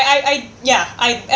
I I ya I I